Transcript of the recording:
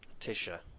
Tisha